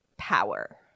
power